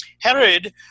Herod